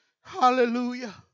Hallelujah